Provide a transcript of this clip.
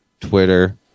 Twitter